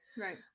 right